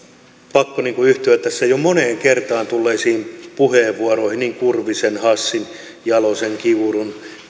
pakko yhtyä tässä jo moneen kertaan tulleisiin puheenvuoroihin niin kurvisen hassin jalosen kiurun